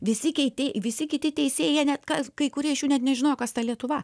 visi keiti visi kiti teisėjai jie net kas kai kurie iš jų net nežinojo kas ta lietuva